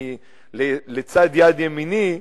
לצד יד ימיני,